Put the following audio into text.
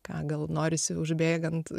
ką gal norisi užbėgant